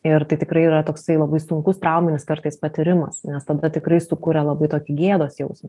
ir tai tikrai yra toksai labai sunkus trauminis kartais patyrimas nes tada tikrai sukuria labai tokį gėdos jausmą